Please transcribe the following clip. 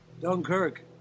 Dunkirk